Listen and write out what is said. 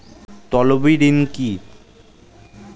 তলবি ঋন কি?